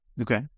Okay